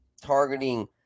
targeting